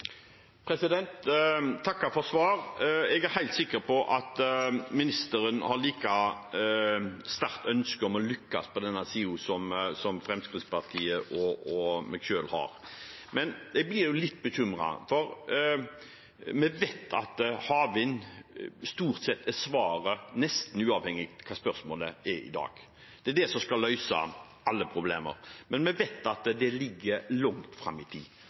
takker for svaret. Jeg er helt sikker på at ministeren har et like sterkt ønske om å lykkes på den siden som Fremskrittspartiet og jeg har. Men jeg blir litt bekymret, for vi vet at havvind stort sett er svaret i dag nesten uavhengig av hva spørsmålet er. Det er det som skal løse alle problemer, men vi vet at dette ligger langt fram i tid.